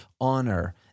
honor